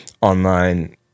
online